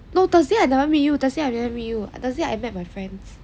no thursday I never meet you thursday I never meet you thursday I met my friends